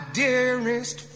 dearest